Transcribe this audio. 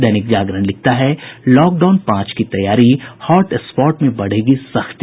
दैनिक जागरण लिखता है लॉकडाउन पांच की तैयारी हॉटस्पॉट में बढ़ेगी सख्ती